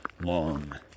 long